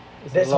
a lot